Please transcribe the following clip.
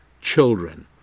children